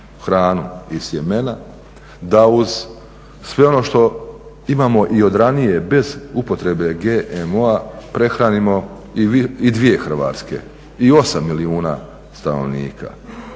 hranu iz sjemena, da uz sve ono što imamo i od ranije bez upotrebe GMO prehranimo i dvije Hrvatske i osam milijuna stanovnika.